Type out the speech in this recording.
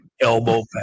elbow